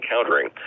encountering